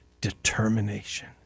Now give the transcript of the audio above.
determination